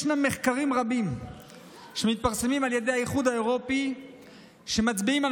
יש מחקרים רבים שמתפרסמים על ידי האיחוד האירופי שמצביעים על